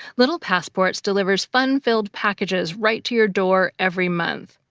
little passports delivers fun-filled packages right to your door every month.